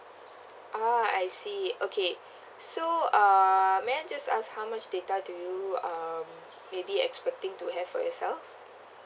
ah I see okay so uh may I just ask how much data do you um maybe expecting to have for yourself